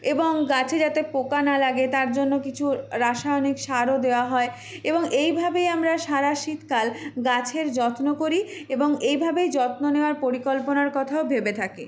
এবং গাছে যাতে পোকা না লাগে তার জন্য কিছু রাসায়নিক সারও দেওয়া হয় এবং এইভাবেই আমরা সারা শীতকাল গাছের যত্ন করি এবং এইভাবেই যত্ন নেওয়ার পরিকল্পনার কথাও ভেবে থাকি